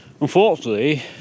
unfortunately